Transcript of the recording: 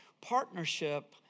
partnership